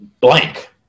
blank